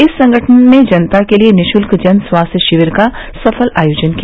इस संगठन ने जनता के लिए निशुल्क जन स्वास्थ्य शिविर का सफल आयोजन किया